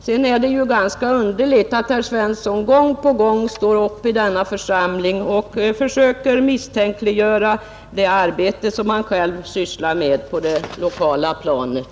Sedan är det ganska underligt att herr Svensson gång på gång står upp i denna församling och försöker misstänkliggöra det arbete han själv sysslar med på det lokala planet.